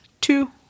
two